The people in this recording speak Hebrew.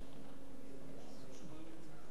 כבוד היושב-ראש, רבותי חברי הכנסת,